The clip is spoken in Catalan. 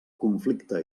conflicte